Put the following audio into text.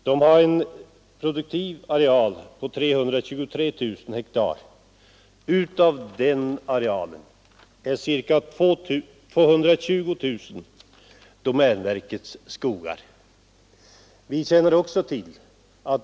Där finns en produktiv areal på 323 000 hektar, och därav upptas ca 220 000 hektar av domänverkets skogar.